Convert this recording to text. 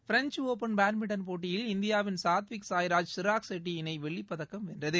French open badminton போட்டியில் இந்தியாவின் சாத்விக் சாய்ராஜ் ஷிராக் ஷெட்டி இணை வெள்ளிப்பதக்கம் வென்றது